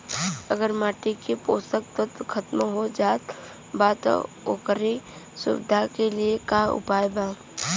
अगर माटी के पोषक तत्व खत्म हो जात बा त ओकरे सुधार के लिए का उपाय बा?